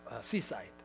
seaside